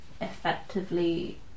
effectively